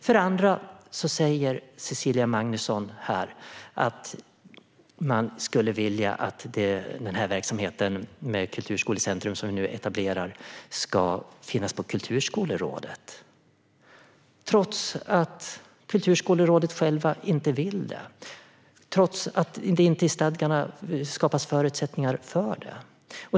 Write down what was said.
För det andra säger Cecilia Magnusson att man skulle vilja att den verksamhet som nu etableras med ett kulturskolecentrum ska finnas på Kulturskolerådet, trots att rådet inte vill det och trots att det i stadgarna inte skapas förutsättningar för detta.